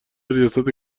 ریاست